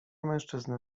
mężczyznę